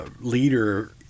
leader